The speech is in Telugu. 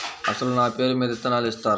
అసలు నా పేరు మీద విత్తనాలు ఇస్తారా?